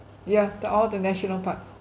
ya the all the national parks